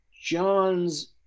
john's